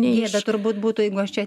ne bet turbūt būtų jeigu aš čia